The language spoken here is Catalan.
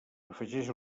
afegeix